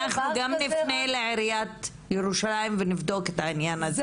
אנחנו גם נפנה לעיריית ירושלים ואנחנו נבדוק את העניין הזה.